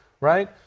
right